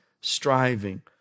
striving